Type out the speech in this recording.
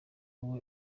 wowe